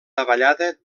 davallada